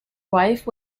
wife